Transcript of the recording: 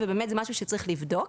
וזה משהו שבאמת צריך לבדוק,